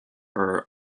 are